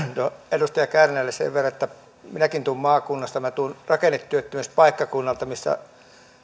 edustaja kärnälle sen verran että minäkin tulen maakunnasta minä tulen rakennetyöttömyyspaikkakunnalta missä